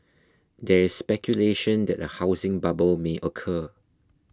there is speculation that a housing bubble may occur